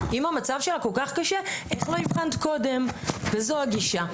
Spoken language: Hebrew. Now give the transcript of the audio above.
אם המצב שלה כל כך קשה איך לא אבחנת קודם?' וזו הגישה,